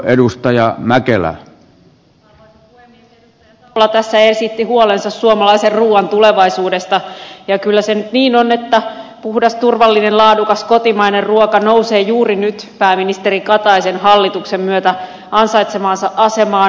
edustaja savola tässä esitti huolensa suomalaisen ruuan tulevaisuudesta ja kyllä se nyt niin on että puhdas turvallinen laadukas kotimainen ruoka nousee juuri nyt pääministeri kataisen hallituksen myötä ansaitsemaansa asemaan